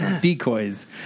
Decoys